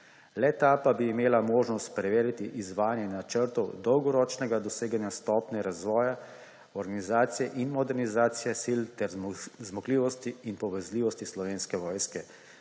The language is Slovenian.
le-ta pa bi imela možnost preveriti izvajanje načrtov dolgoročnega doseganja stopnje razvoja, organizacije in modernizacije sil ter zmogljivosti in povezljivosti Slovenske vojske